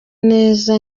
neza